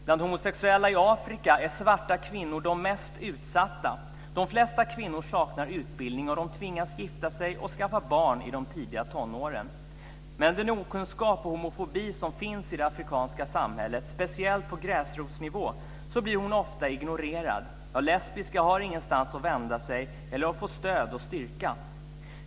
Bland homosexuella i Afrika är svarta kvinnor de mest utsatta. De flesta kvinnor saknar utbildning och de tvingas att gifta sig och skaffa barn i de tidiga tonåren. Med den okunskap och homofobi som finns i det afrikanska samhället, speciellt på gräsrotsnivå, blir hon ofta ignorerad. Ja, lesbiska har ingenstans att vända sig för att få stöd och styrka.